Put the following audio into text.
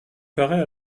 paraît